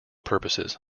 purposes